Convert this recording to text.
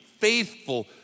faithful